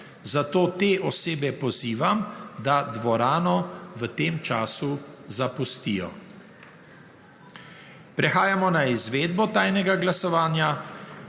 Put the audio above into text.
Zato te osebe pozivam, da dvorano v tem času zapustijo. Prehajamo na izvedbo tajnega glasovanja.